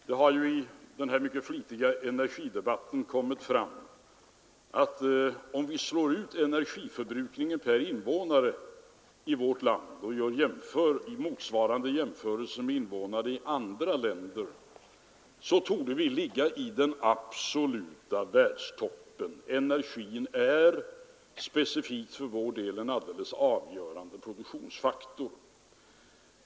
Det har ju i den mycket flitiga energidebatten kommit fram, att vid en jämförelse av energiförbrukningen per invånare i vårt land med motsvarande siffror i andra länder torde vi ligga i den absoluta världstoppen. Energin är specifikt för vår del en alldeles avgörande produktionsfaktor.